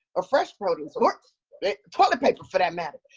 or fresh produce, or toilet paper for that matter.